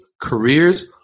careers